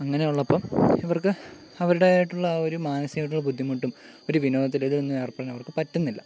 അങ്ങനെയുള്ളപ്പം ഇവർക്ക് അവരുടേതായിട്ടുള്ള ആ ഒരു മനസികമായിട്ടുള്ള ബുദ്ധിമുട്ടും ഒരു വിനോദത്തിലൊന്നും ഏർപ്പെടാൻ അവർക്ക് പറ്റുന്നില്ല